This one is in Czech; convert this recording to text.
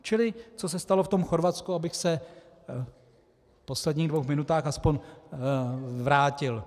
Čili co se stalo v tom Chorvatsku, abych se v posledních dvou minutách aspoň vrátil.